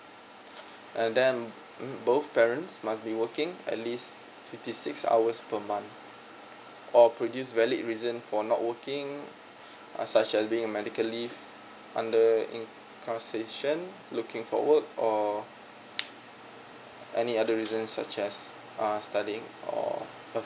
and then um both parents must be working at least fifty six hours per month or produce valid reason for not working uh such as being a medical leave under in condition looking for work or any other reasons such as ah studying or uh